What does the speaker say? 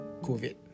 COVID